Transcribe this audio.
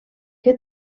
que